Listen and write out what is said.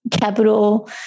capital